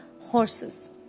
horses